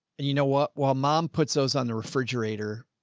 and you know what, while mom puts those on the refrigerator.